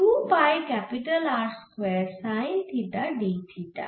2 pi R square sine theta d theta